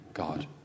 God